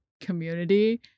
community